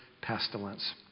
pestilence